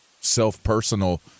self-personal